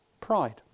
pride